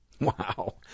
wow